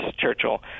Churchill